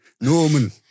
Norman